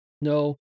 no